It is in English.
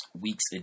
week's